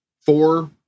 four